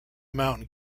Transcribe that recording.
mountain